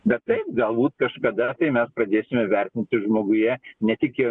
bet taip galbūt kažkada tai mes pradėsime vertinti žmoguje ne tik jo